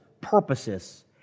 purposes